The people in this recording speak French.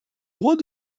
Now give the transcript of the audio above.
droits